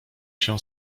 się